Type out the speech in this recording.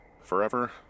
Forever